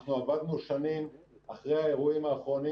אנחנו עבדנו שנים אחרי האירועים האחרונים